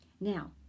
Now